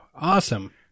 awesome